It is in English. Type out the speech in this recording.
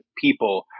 people